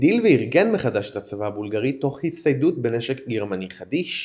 הגדיל וארגן מחדש את הצבא הבולגרי תוך הצטיידות בנשק גרמני חדיש,